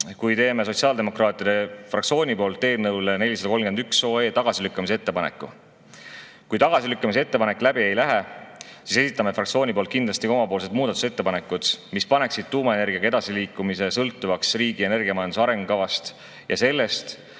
kui teeme sotsiaaldemokraatide fraktsiooni nimel eelnõu 431 tagasilükkamise ettepaneku. Kui tagasilükkamise ettepanek läbi ei lähe, siis esitame fraktsiooni nimel kindlasti ka omapoolsed muudatusettepanekud, mis paneksid tuumaenergiaga edasiliikumise sõltuma riigi energiamajanduse arengukavast ja sellest,